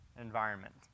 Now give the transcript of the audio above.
environment